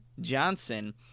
Johnson